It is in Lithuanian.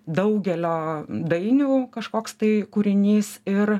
daugelio dainių kažkoks tai kūrinys ir